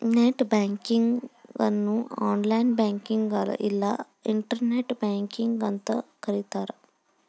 net banking ಅನ್ನು online ಬ್ಯಾಂಕಿಂಗ್ನ ಇಲ್ಲಾ ಇಂಟರ್ನೆಟ್ ಬ್ಯಾಂಕಿಂಗ್ ಅಂತೂ ಕರಿತಾರ